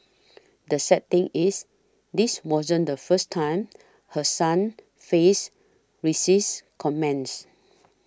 the sad thing is this wasn't the first time her son faced racist comments